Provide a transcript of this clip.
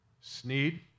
Sneed